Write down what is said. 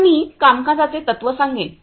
आता मी कामकाजाचे तत्व सांगेन